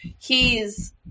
He's-